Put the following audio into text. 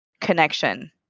connection